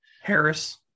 Harris